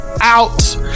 out